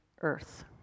earth